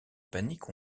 panique